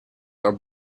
are